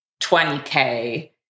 20K